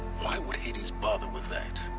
why would hades bother with that.